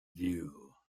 view